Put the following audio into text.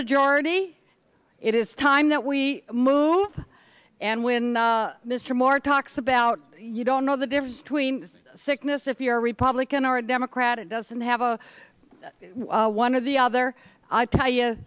majority it is time that we move and when mr moore talks about you don't know the difference between sickness if you're a republican or a democrat it doesn't have a one of the other i tell y